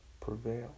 prevail